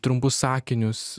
trumpus sakinius